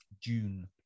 June